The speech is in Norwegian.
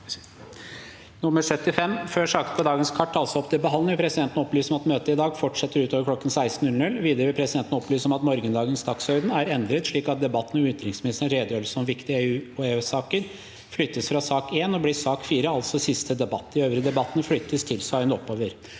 måte. Før sakene på dagens kart tas opp til behandling, vil presidenten opplyse om at møtet i dag fortsetter utover kl. 16. Videre vil presidenten opplyse om at morgendagens dagsorden er endret, slik at debatten om utenriksministerens redegjørelse om viktige EU- og EØS-saker flyttes fra sak nr. 1 og blir sak nr. 4, altså siste debatt. De øvrige debattene flyttes tilsvarende oppover.